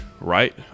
right